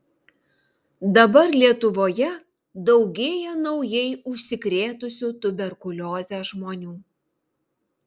dabar lietuvoje daugėja naujai užsikrėtusių tuberkulioze žmonių